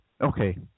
okay